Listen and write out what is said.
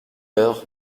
heure